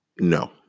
No